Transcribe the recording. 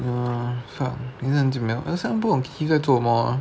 !wah! fuck 就没有 last time 不懂 在做什么 ah